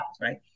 right